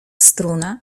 struna